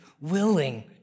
willing